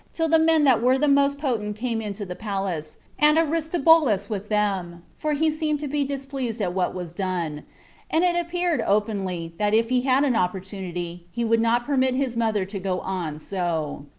till the men that were the most potent came into the palace, and aristobulus with them, for he seemed to be displeased at what was done and it appeared openly, that if he had an opportunity, he would not permit his mother to go on so.